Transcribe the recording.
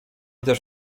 też